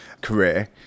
career